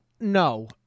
no